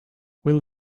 will